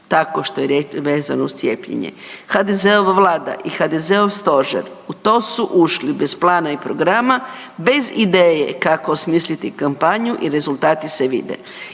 tako što je vezano uz cijepljenje. HDZ-ova Vlada i HDZ-ov stožer uto su ušli bez plana i programa, bez ideje kako osmisliti kampanju i rezultati se vide.